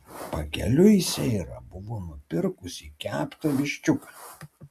pakeliui seira buvo nupirkusi keptą viščiuką